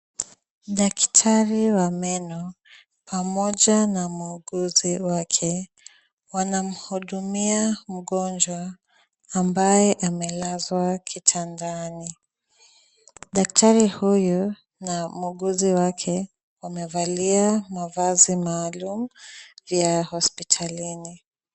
Daktari wa meno pamoja na muuguzi wake wanamhudumia mgonjwa ambaye amelazwa kitandani. Daktari huyu na muuguzi wake wamevalia mavazi maalum vya hospitalini.